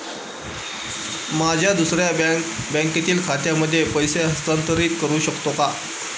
माझ्या दुसऱ्या बँकेतील खात्यामध्ये पैसे हस्तांतरित करू शकतो का?